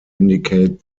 indicate